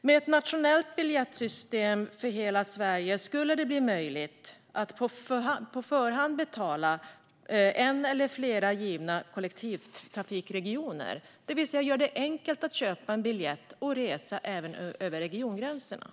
Med ett nationellt biljettsystem för hela Sverige skulle det bli möjligt att på förhand betala för en eller flera givna kollektivtrafikregioner. Det skulle alltså göra det enkelt att köpa en biljett och resa även över regiongränserna.